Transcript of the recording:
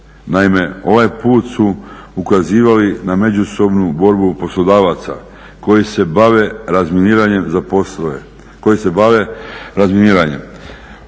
Naime, ovaj put su ukazivali na međusobnu borbu poslodavaca koji se bave razminiranjem. Borba je